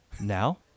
Now